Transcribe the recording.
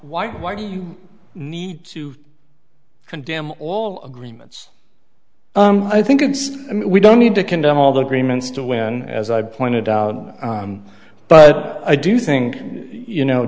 why why do you need to condemn all agreements i think it's i mean we don't need to condemn all the agreements to win as i've pointed out but i do think you know